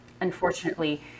unfortunately